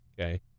Okay